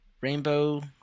Rainbow